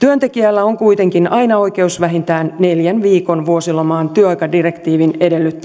on kuitenkin aina oikeus vähintään neljän viikon vuosilomaan työaikadirektiivin